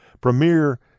premier